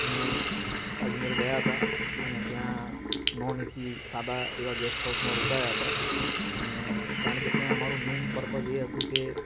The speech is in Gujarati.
અને અજમેર ગયા હતા અને ત્યાં નોનએસી સાદા એવા ગેસ્ટ હાઉસમાં રોકાયા હતા અને કારણ કે ત્યાં અમારો મેઇન પર્પસ એ હતું કે